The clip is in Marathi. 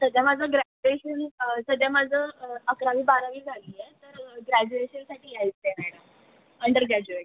सध्या माझं ग्रॅज्युएशन सध्या माझं अकरावी बारावी झाली आहे तर ग्रॅज्युएशनसाठी यायचं आहे मॅडम अंडर ग्रॅज्युएट